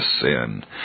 sin